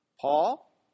Paul